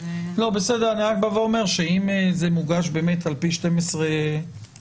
אני רק בא ואומר שאם זה מוגש על פי 12(א)(3)